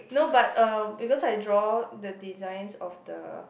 no but uh because I draw the designs of the